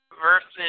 versus